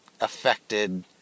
affected